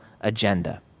agenda